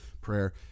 prayer